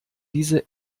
diese